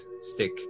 stick